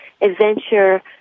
Adventure